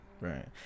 Right